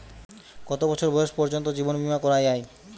কত বছর বয়স পর্জন্ত জীবন বিমা করা য়ায়?